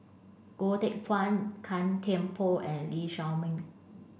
Goh Teck Phuan Gan Thiam Poh and Lee Shao Meng